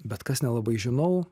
bet kas nelabai žinau